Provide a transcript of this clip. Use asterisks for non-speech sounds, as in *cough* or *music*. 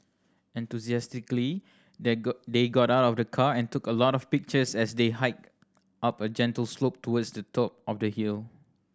enthusiastically they *unintelligible* they got out of the car and took a lot of pictures as they hiked up a gentle slope towards the top of the hill